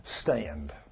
stand